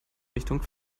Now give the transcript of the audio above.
richtung